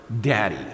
Daddy